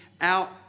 out